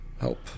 Help